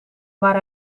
maar